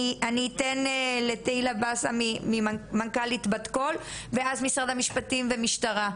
אני אתן לתהילה מנכ"לית בת קול ואז משרד המשפטים והמשטרה.